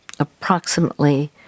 approximately